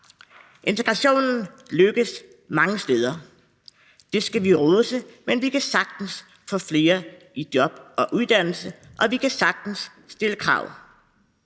Integrationen lykkes mange steder. Det skal vi rose, men vi kan sagtens få flere i job og uddannelse, og vi kan sagtens stille krav.